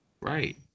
Right